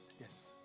Yes